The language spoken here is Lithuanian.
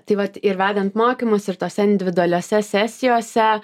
tai vat ir vedant mokymus ir tose individualiose sesijose